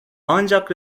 ancak